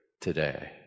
today